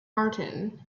martin